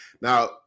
now